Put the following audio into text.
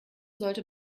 sollte